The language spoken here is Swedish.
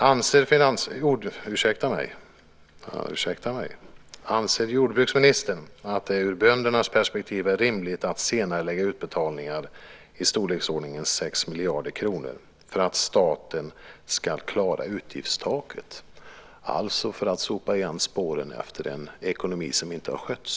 Anser jordbruksministern att det ur böndernas perspektiv är rimligt att senarelägga utbetalningar i storleksordningen 6 miljarder kronor för att staten ska klara utgiftstaket, alltså för att sopa igen spåren efter en ekonomi som inte har skötts?